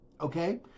okay